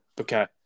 okay